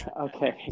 okay